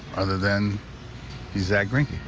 other than he's zack greinke.